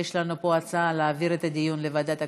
יש לנו פה הצעה להעביר את הדיון לוועדת הכלכלה.